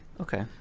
Okay